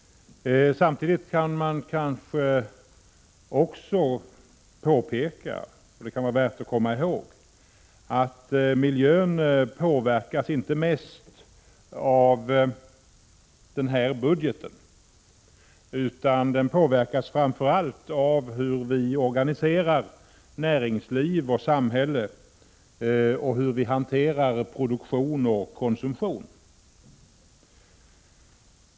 Samtidigt kan det vara värt att komma ihåg att miljön inte påverkas mest av den här budgeten — den påverkas framför allt av hur vi organiserar näringsliv och samhälle och hur vi hanterar produktion och konsumtion.